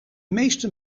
meeste